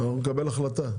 אנחנו נקבל החלטה.